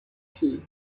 tea